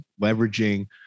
leveraging